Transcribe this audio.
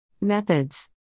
Methods